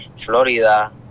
Florida